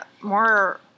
more –